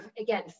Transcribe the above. again